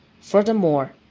Furthermore